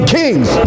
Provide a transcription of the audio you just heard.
kings